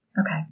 Okay